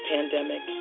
Pandemic